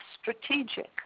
strategic